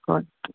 ꯍꯣꯏ